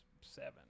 seven